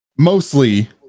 Mostly